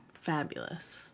Fabulous